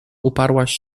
uparłaś